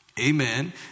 Amen